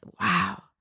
wow